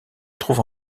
trouve